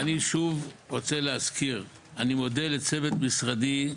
אני שוב רוצה להזכיר, אני מודה לצוות משרדי,